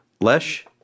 Lesh